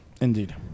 Indeed